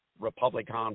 Republican